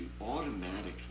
automatically